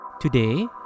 Today